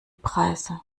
preise